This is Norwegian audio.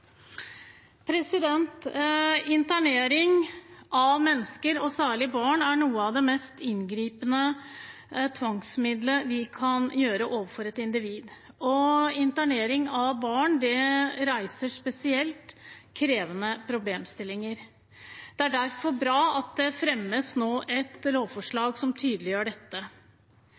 Internering av mennesker, og særlig av barn, er et av de mest inngripende tvangsmidlene vi kan bruke overfor et individ. Internering av barn reiser spesielt krevende problemstillinger. Det er derfor bra at det nå fremmes et lovforslag som tydeliggjør dette.